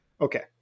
Okay